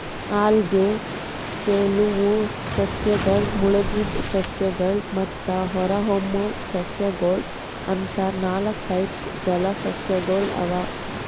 ಅಲ್ಗೆ, ತೆಲುವ್ ಸಸ್ಯಗಳ್, ಮುಳಗಿದ್ ಸಸ್ಯಗಳ್ ಮತ್ತ್ ಹೊರಹೊಮ್ಮುವ್ ಸಸ್ಯಗೊಳ್ ಅಂತಾ ನಾಲ್ಕ್ ಟೈಪ್ಸ್ ಜಲಸಸ್ಯಗೊಳ್ ಅವಾ